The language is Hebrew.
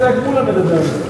חשבתי שרק מולה מדבר על זה.